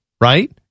Right